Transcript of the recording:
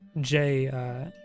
Jay